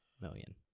million